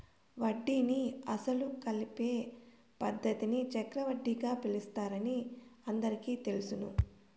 వడ్డీని అసలు కలిపే పద్ధతిని చక్రవడ్డీగా పిలుస్తారని అందరికీ తెలుసును